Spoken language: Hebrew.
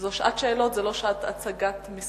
זו שעת שאלות, זו לא שעת הצגת משרד.